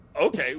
okay